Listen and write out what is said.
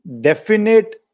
definite